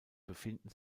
befinden